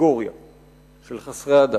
הקטגוריה של חסרי הדת.